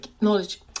Knowledge